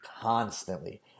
constantly